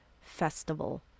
festival